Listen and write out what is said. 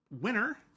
winner